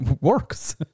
works